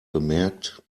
bemerkt